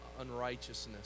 unrighteousness